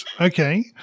okay